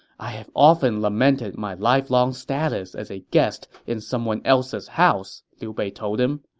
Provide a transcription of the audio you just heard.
i have often lamented my lifelong status as a guest in someone else's house, liu bei told him.